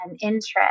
interest